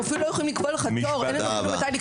אנחנו אפילו לא יכולים לקבוע לך תור ואין לנו מתי.